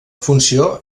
funció